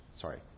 Sorry